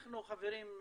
חברים,